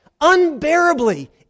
unbearably